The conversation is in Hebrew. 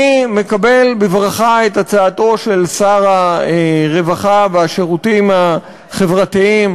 אני מקבל בברכה את הצעתו של שר הרווחה והשירותים החברתיים